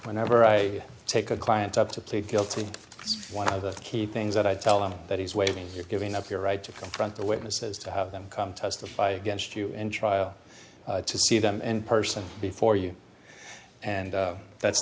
whenever i take a client up to plead guilty one of the key things that i tell him that he's waving you're giving up your right to confront the witnesses to have them come testify against you and try to see them in person before you and that's